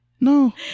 No